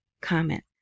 comment